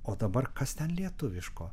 o dabar kas ten lietuviško